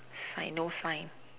sign no sign